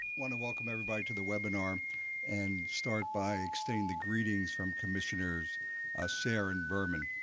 want to welcome everybody to the webinar and start by extending the greetings from commissioners sara and berman.